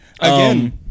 again